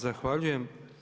Zahvaljujem.